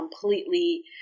completely